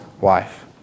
wife